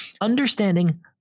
understanding